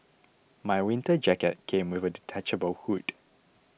my winter jacket came with a detachable hood